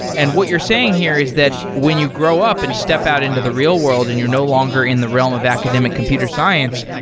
and what you're saying here is that when you grow up and step out into the real-world and you're no longer in the realm of academic computer science,